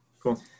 Cool